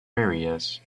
areas